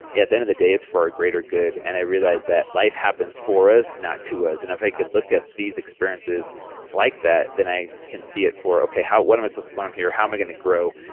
at the end of the day, it's for a greater good. and i realized that life happens for us, not to us. and if i could look at these experiences like that, then i can see it for okay, what am i supposed to learn here, how am i going to grow?